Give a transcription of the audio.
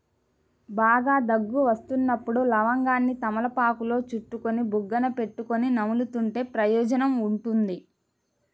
బాగా దగ్గు వస్తున్నప్పుడు లవంగాన్ని తమలపాకులో చుట్టుకొని బుగ్గన పెట్టుకొని నములుతుంటే ప్రయోజనం ఉంటుంది